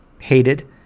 hated